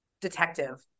detective